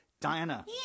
Diana